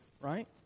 right